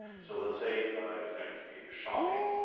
so let's say it's going to be shopping